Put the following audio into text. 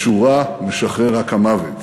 "משורה משחרר רק המוות".